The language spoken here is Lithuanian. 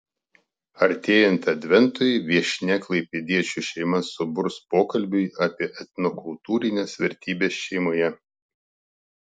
artėjant adventui viešnia klaipėdiečių šeimas suburs pokalbiui apie etnokultūrines vertybes šeimoje